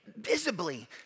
visibly